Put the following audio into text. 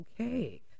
okay